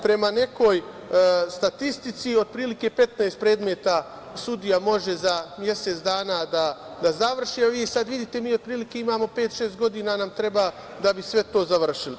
Prema nekoj statistici, otprilike 15 predmeta sudija može za mesec dana da završi, a vi sad vidite mi otprilike imamo, pet, šest godina nam treba da bi sve to završili.